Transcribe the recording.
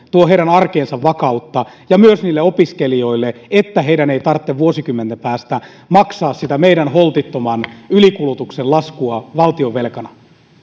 tuo vakautta ja myös opiskelijoille että heidän ei tarvitse vuosikymmenten päästä maksaa meidän holtittoman ylikulutuksemme laskua valtionvelkana